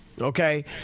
Okay